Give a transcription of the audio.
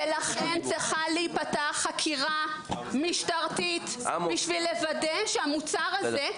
ולכן צריכה להיפתח חקירה משטרתית בשביל לוודא שהמוצר הזה,